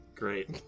great